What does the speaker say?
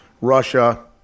Russia